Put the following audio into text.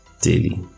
daily